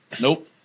Nope